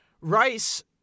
rice